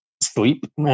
sleep